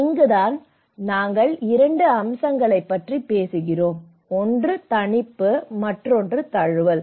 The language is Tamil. இங்குதான் நாங்கள் 2 அம்சங்களைப் பற்றி பேசுகிறோம் ஒன்று தணிப்பு மற்றொன்று தழுவல்